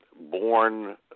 born